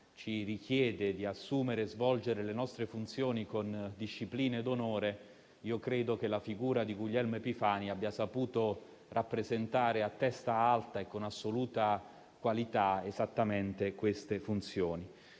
ci richiede di assumere e svolgere le nostre funzioni con disciplina ed onore e credo che la figura di Guglielmo Epifani abbia saputo rappresentare a testa alta e con assoluta qualità esattamente queste funzioni.